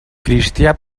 cristià